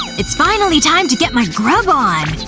it's finally time to get my grub on!